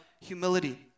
humility